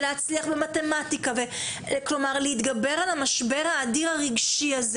להצליח במתמטיקה ולהתגבר על המשבר האדיר הרגשי הזה